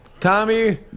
Tommy